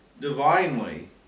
divinely